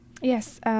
Yes